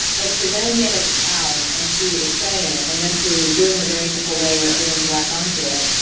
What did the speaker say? but to then get it out and to explain it, and then to do it in a very simple way where everyone could latch on to ti,